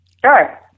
Sure